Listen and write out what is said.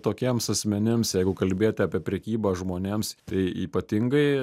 tokiems asmenims jeigu kalbėt apie prekybą žmonėms tai ypatingai